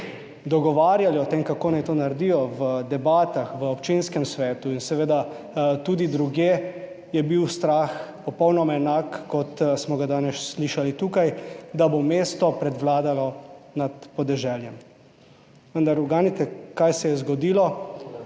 dogovarjali o tem, kako naj to naredijo, v debatah, v občinskem svetu in seveda tudi drugje, je bil strah popolnoma enak kot smo ga danes slišali tukaj, da bo mesto prevladalo nad podeželjem. Vendar uganite kaj se je zgodilo?